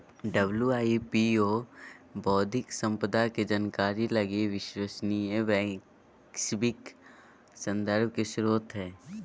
WIPO बौद्धिक संपदा के जानकारी लगी विश्वसनीय वैश्विक संदर्भ के स्रोत हइ